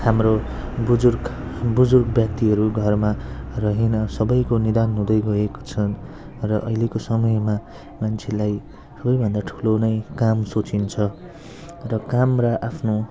हाम्रो बुजुर्ग बुजुर्ग व्यक्तिहरू घरमा रहेन सबैको निधन हुँदै गएको छन् र अहिलेको समयमा मान्छेलाई सबैभन्दा ठुलो नै काम सोचिन्छ र काम र आफ्नो